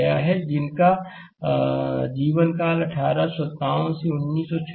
उनका जीवन काल 1857 से 1926 था